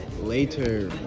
later